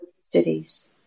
cities